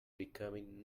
becoming